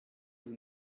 vous